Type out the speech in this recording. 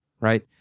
right